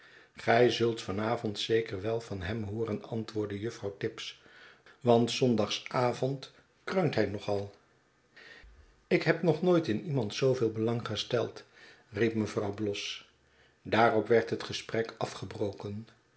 gij zult van avond zeker wel van hem hooren antwoordde juffrouw tibbs want s zondags avond kreunt hij nog al ik heb nog nooit in iemand zoo veel belang gesteld riep mevrouw bloss daarop werd het gesprek afgebroken